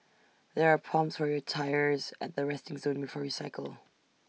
there are pumps for your tyres at the resting zone before you cycle